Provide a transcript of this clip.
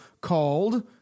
called